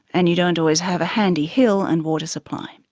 and you don't always have a handy hill and water supply.